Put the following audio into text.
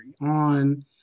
on